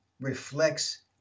reflects